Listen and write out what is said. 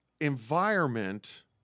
environment